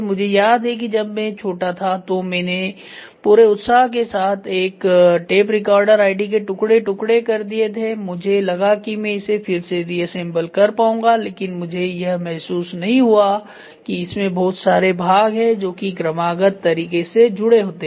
मुझे याद है कि जब मैं छोटा था तो मैंने पूरे उत्साह के साथ एक टेप रिकॉर्डर आईडी को टुकड़े टुकड़े कर दिया थामुझे लगा कि मैं इसे फिर से री असेंबल कर पाऊंगा लेकिन मुझे यह महसूस नहीं हुआ कि इसमें बहुत सारे भाग हैं जो कि क्रमागत तरीके से जुड़े होते हैं